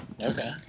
Okay